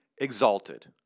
exalted